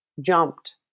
jumped